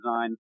design